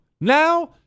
Now